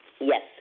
Yes